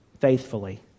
faithfully